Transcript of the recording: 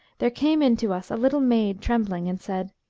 there came in to us a little maid trembling and said,